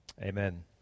amen